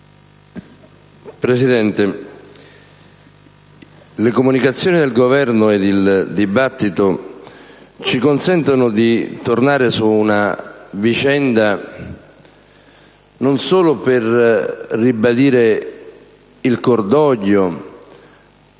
Presidente, le comunicazioni del Governo e l'odierno dibattito ci consentono di tornare su una vicenda tragica per esprimere il cordoglio